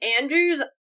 Andrew's